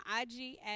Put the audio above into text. IG